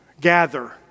Gather